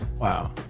Wow